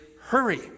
hurry